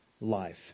life